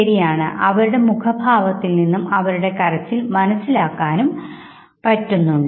ശരിയാണ് അവരുടെ മുഖഭാവത്തിൽ നിന്നും അവരുടെ കരച്ചിൽ മനസ്സിലാക്കാനും പറ്റുന്നുണ്ട്